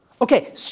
Okay